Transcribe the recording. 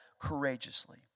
courageously